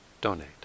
donate